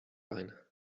line